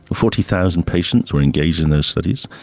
forty thousand patients were engaged in those studies,